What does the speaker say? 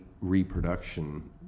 reproduction